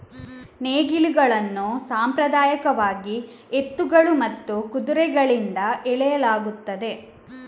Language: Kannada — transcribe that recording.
ನೇಗಿಲುಗಳನ್ನು ಸಾಂಪ್ರದಾಯಿಕವಾಗಿ ಎತ್ತುಗಳು ಮತ್ತು ಕುದುರೆಗಳಿಂದ ಎಳೆಯಲಾಗುತ್ತದೆ